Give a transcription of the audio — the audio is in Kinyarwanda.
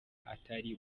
atari